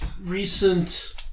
recent